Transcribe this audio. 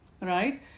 right